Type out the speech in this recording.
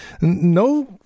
No